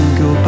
go